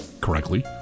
correctly